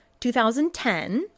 2010